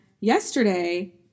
yesterday